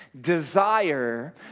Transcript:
desire